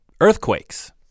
earthquakes